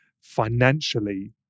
financially